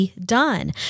done